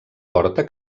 porta